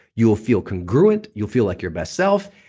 you'll feel congruent, you'll feel like your best self.